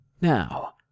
Now